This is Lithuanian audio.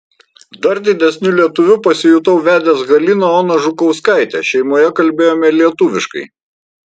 dar didesniu lietuviu pasijutau vedęs lietuvę haliną oną žukauskaitę šeimoje kalbėjome lietuviškai